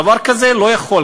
דבר כזה לא יכול,